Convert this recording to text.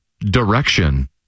Direction